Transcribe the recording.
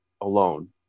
alone